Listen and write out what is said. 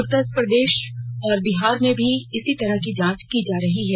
उत्तरप्रदेश और बिहार में भी इसी तरह की जांच की जा रही है